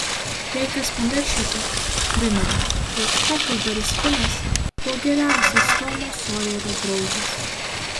jei kas pamiršote primenu jog heklberis finas buvo geriausias tomo sojerio draugas